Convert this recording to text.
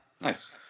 Nice